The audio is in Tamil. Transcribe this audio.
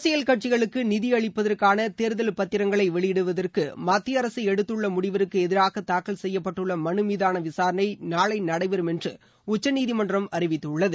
அரசியல் கட்சிகளுக்குநிதிஅளிப்பதற்காகதேர்தல் பத்திரங்களைவெளியிடுவதற்குமத்திய அரசுஎடுத்துள்ளமுடிவிற்குஎதிராகதாக்கல் செய்யப்பட்டுள்ளமனுமீதானவிசாரனைநாளைநடைபெறும் என்றுஉச்சநீதிமன்றம் அறிவித்துள்ளது